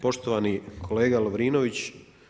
Poštovani kolega Lovrinović.